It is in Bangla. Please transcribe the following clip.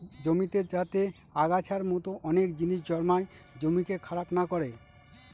জমিতে যাতে আগাছার মতো অনেক জিনিস জন্মায় জমিকে খারাপ না করে